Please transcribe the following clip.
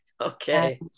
Okay